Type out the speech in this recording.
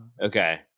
Okay